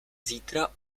zítra